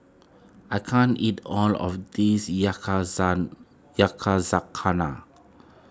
I can't eat all of this Yakizakana